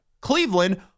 Cleveland